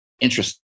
interesting